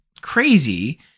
crazy